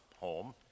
home